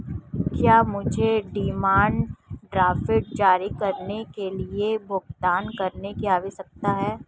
क्या मुझे demand draft जारी करने के लिए भुगतान करने की आवश्यकता है?